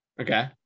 Okay